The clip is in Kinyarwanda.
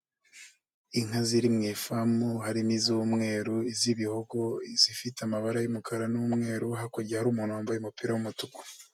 Inka ziri mu ifamu harimo iz'umweru, iz'ibihogo, izifite amabara y'umukara n'umweru, hakurya hari umuntu wambaye umupira w'umutuku.